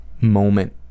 moment